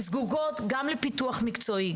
הן זקוקות גם לפיתוח מקצועי,